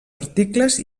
articles